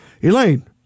Elaine